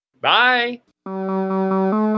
Bye